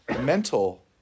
mental